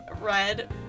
red